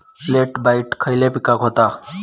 Late blight खयले पिकांका होता?